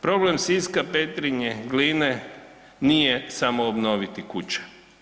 Problem Siska, Petrinje, Gline nije samo obnoviti kuće.